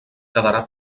quedarà